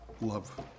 love